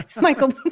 Michael